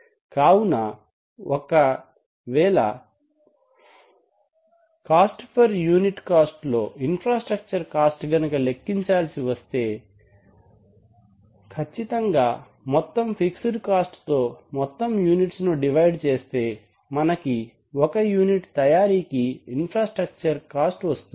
కావున ఒకవేళ per unit cost లో ఇన్ఫ్రాస్ట్రక్చర్ కాస్ట్ గనుక లెక్కించాల్సి వస్తే ఖచ్చితంగా మొత్తం ఫిక్సెడ్ కాస్ట్ తో మొత్తం యూనిట్స్ ను డివైడ్ చేస్తే మనకి ఒక యూనిట్ తయారీకి ఇన్ఫ్రాస్ట్రక్చర్ వస్తుంది